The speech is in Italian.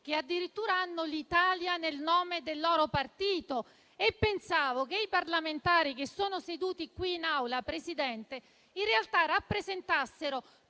che addirittura hanno l'Italia nel nome del loro partito. Pensavo che i parlamentari che sono seduti qui in Aula, signor Presidente, in realtà rappresentassero